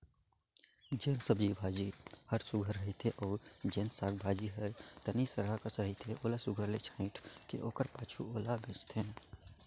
जेन सब्जी भाजी हर सुग्घर रहथे अउ जेन साग भाजी हर तनि सरहा कस रहथे ओला सुघर ले छांएट के ओकर पाछू ओला बेंचथें